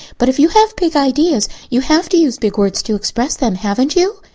but if you have big ideas you have to use big words to express them, haven't you?